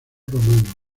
romano